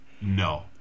No